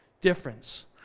difference